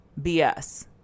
BS